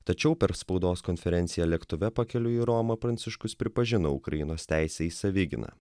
tačiau per spaudos konferenciją lėktuve pakeliui į romą pranciškus pripažino ukrainos teisę į savigyną